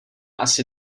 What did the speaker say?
asi